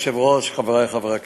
אדוני היושב-ראש, חברי חברי הכנסת,